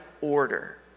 order